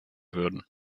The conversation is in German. würden